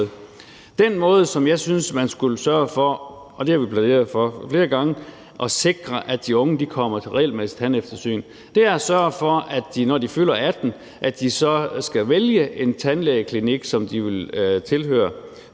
Den måde, som jeg synes man skulle sørge for – og det har vi plæderet for flere gange – at sikre, at de unge mennesker kommer til regelmæssigt tandeftersyn, er at sørge for, at de, når de fylder 18 år, skal vælge en tandlægeklinik, som de vil tilhøre,